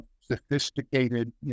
sophisticated